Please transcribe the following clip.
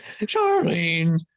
Charlene